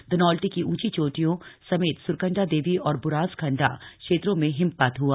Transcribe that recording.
धनौल्टी की ऊंची चोटियों समेत सुरकंडा देवी और बुरांसखंडा क्षेत्रों में हिमपात हुआ